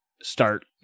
start